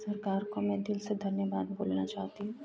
सरकार को मैं दिल से धन्यवाद बोलना चाहती हूँ